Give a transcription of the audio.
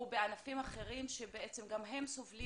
או בענפים אחרים שבעצם גם הם סובלים